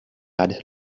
had